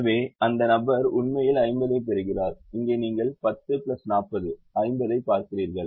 எனவே அந்த நபர் உண்மையில் 50 ஐப் பெறுகிறார் இங்கே நீங்கள் 10 40 50 ஐப் பார்க்கிறீர்கள்